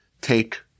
Take